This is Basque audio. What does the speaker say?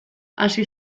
hasi